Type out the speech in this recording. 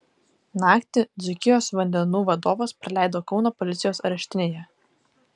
naktį dzūkijos vandenų vadovas praleido kauno policijos areštinėje